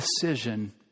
decision